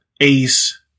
ace